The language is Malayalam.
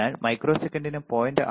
അതിനാൽ മൈക്രോസെക്കന്റിന് 0